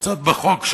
קצת בחוק.